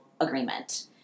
agreement